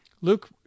Luke